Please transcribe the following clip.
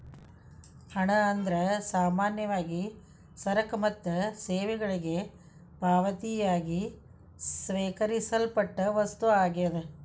ಹಣ ಅಂದ್ರ ಸಾಮಾನ್ಯವಾಗಿ ಸರಕ ಮತ್ತ ಸೇವೆಗಳಿಗೆ ಪಾವತಿಯಾಗಿ ಸ್ವೇಕರಿಸಲ್ಪಟ್ಟ ವಸ್ತು ಆಗ್ಯಾದ